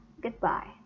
Goodbye